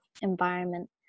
environment